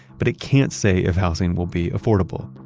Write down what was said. but it can't say if housing will be affordable.